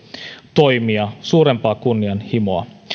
toimia suurempaa kunnianhimoa